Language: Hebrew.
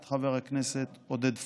את חבר הכנסת עודד פורר.